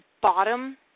bottom